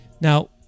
now